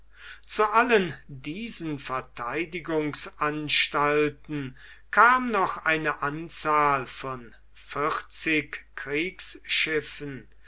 zu allen diesen vertheidigungsanstalten kam noch eine anzahl von vierzig kriegsschiffen